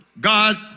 God